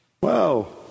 Wow